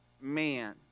man